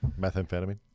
methamphetamine